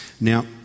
Now